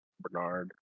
Bernard